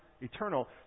eternal